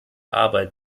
arbeit